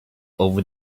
over